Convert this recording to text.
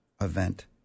event